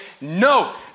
No